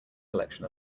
collection